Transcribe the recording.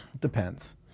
depends